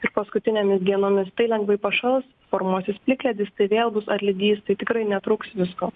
ir paskutinėmis dienomis tai lengvai pašals formuosis plikledis tai vėl bus atlydys tai tikrai netrūks visko